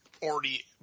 Already